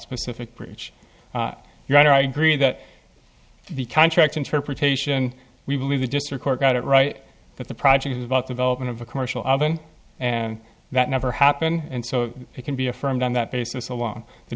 specific breach your honor i agree that the contract interpretation we believe the district court got it right that the project is about development of a commercial oven and that never happened and so it can be affirmed on that basis alone the